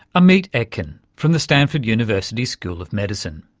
amit etkin from the stanford university school of medicine.